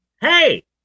hey